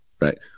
right